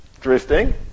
drifting